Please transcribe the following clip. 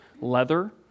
leather